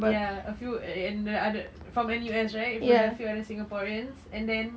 ya a few and other from N_U_S right with a few other singaporeans and then